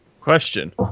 Question